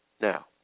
Now